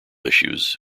issues